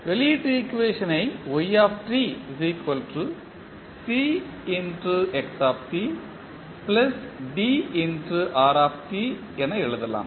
வெளியீட்டு ஈக்குவேஷனை என எழுதலாம்